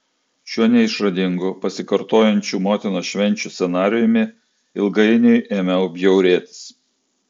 šiuo neišradingu pasikartojančių motinos švenčių scenarijumi ilgainiui ėmiau bjaurėtis